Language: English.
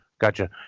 Gotcha